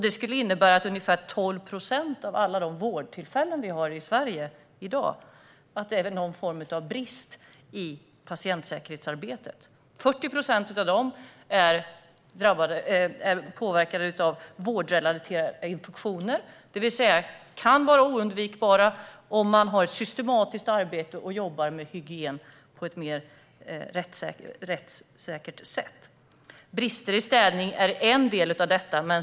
Det skulle innebära att vid ungefär 12 procent av alla vårdtillfällen i Sverige i dag finns något slags brist i patientsäkerhetsarbetet. Av dessa handlar 40 procent om vårdrelaterade infektioner. De hade alltså kunnat undvikas om man hade haft ett systematiskt arbete och hade jobbat med hygien på ett mer rättssäkert sätt. Brister i städning är en del av detta.